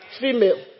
female